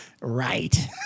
right